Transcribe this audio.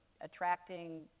attracting